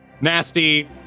Nasty